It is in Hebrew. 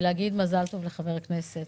כדי להגיד מזל טוב לחבר הכנסת